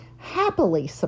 happily